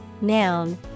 noun